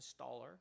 installer